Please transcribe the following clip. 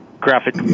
graphic